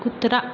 कुत्रा